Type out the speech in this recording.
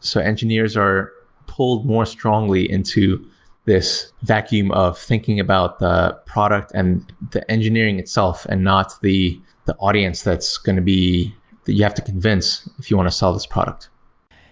so engineers are pulled more strongly into this vacuum of thinking about the product and the engineering itself and not the the audience that's going to be that you have to convince if you want to sell this product